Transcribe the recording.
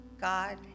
God